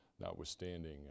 notwithstanding